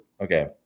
okay